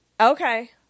Okay